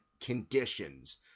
conditions